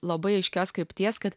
labai aiškios krypties kad